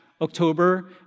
October